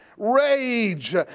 rage